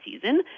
season